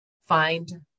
find